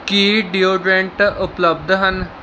ਕੀ deodorant ਉਪਲਬਧ ਹਨ